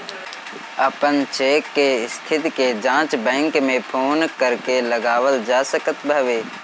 अपन चेक के स्थिति के जाँच बैंक में फोन करके लगावल जा सकत हवे